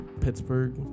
Pittsburgh